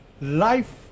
life